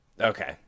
Okay